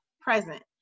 present